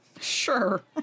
Sure